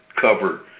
cover